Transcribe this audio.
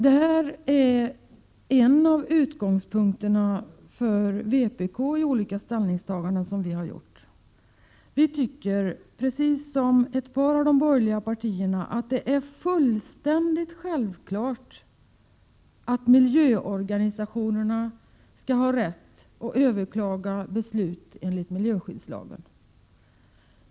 Detta är en av utgångspunkterna för vpk:s olika ställningstaganden. Vi tycker precis som ett par av de borgerliga partierna att det är fullständigt självklart att miljöorganisationerna skall ha rätt att överklaga beslut enligt miljöskyddslagen.